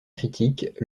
critique